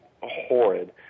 horrid